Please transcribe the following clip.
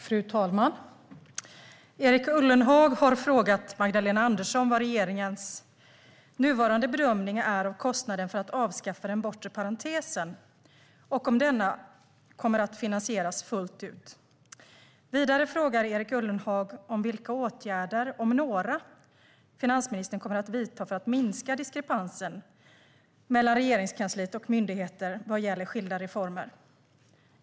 Fru talman! Erik Ullenhag har frågat Magdalena Andersson vad regeringens nuvarande bedömning är av kostnaden för att avskaffa den bortre parentesen och om denna kommer att finansieras fullt ut. Vidare frågar Erik Ullenhag om vilka åtgärder, om några, finansministern kommer att vidta för att minska diskrepansen mellan Regeringskansliet och myndigheter vad gäller skilda reformer.